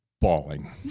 bawling